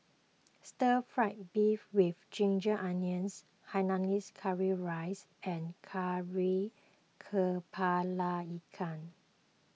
Stir Fry Beef with Ginger Onions Hainanese Curry Rice and Kari Kepala Ikan